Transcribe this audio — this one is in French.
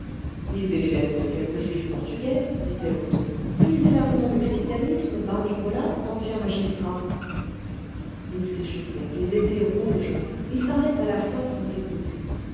lisez les lettres de quelques juifs portugais disait l'autre lisez la raison du christianisme par nicolas ancien magistrat ils s'échauffaient ils étaient rouges ils parlaient à la fois sans s'écouter